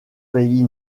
pays